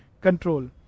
control